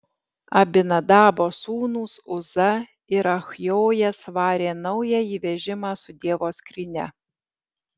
abinadabo sūnūs uza ir achjojas varė naująjį vežimą su dievo skrynia